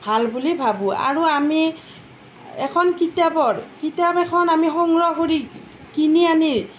ভাল বুলি ভাবোঁ আৰু আমি এখন কিতাপৰ কিতাপ এখন আমি সংগ্ৰহ কৰি কিনি আনি